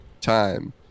time